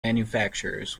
manufacturers